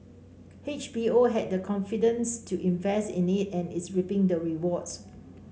H B O had the confidence to invest in it and is reaping the rewards